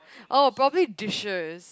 oh probably dishes